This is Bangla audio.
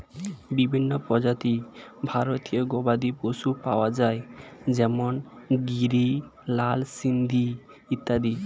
বিভিন্ন প্রজাতির ভারতীয় গবাদি পশু পাওয়া যায় যেমন গিরি, লাল সিন্ধি ইত্যাদি